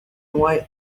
why